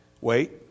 Wait